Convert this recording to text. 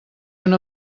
una